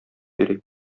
йөри